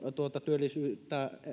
työllisyyttä